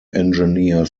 engineer